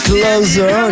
Closer